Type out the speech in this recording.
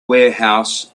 warehouse